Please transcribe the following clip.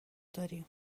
داریم